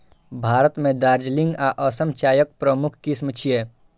भारत मे दार्जिलिंग आ असम चायक प्रमुख किस्म छियै